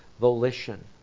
volition